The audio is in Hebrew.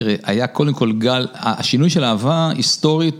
תראה, היה קודם כל גל, השינוי של אהבה היסטורית